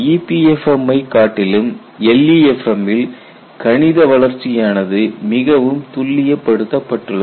EPFM ஐ காட்டிலும் LEFM ல் கணித வளர்ச்சியானது மிகவும் துல்லிய படுத்தப்பட்டுள்ளது